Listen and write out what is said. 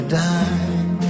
die